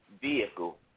vehicle